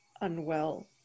unwell